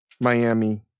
Miami